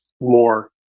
more